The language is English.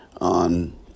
on